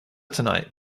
tonight